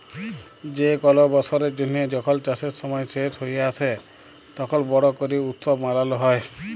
যে কল বসরের জ্যানহে যখল চাষের সময় শেষ হঁয়ে আসে, তখল বড় ক্যরে উৎসব মালাল হ্যয়